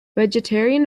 vegetarian